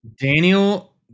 Daniel